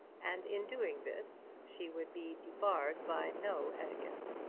and in doing this she would be debarred by no etiquette.